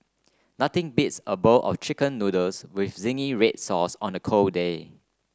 nothing beats a bowl of chicken noodles with zingy red sauce on a cold day